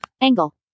Angle